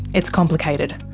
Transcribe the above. it's complicated.